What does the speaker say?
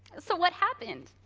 so, what happened?